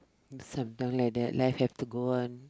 sometime like that life have to go on